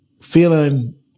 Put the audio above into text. feeling